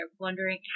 wondering